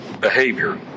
behavior